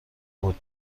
بود